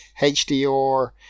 HDR